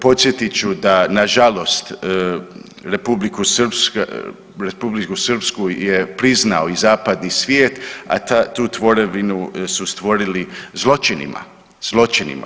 Podsjetiti ću da nažalost Republiku Srpsku je priznao i zapadni svijet, a tu tvorevinu su stvorili zločinima, zločinima.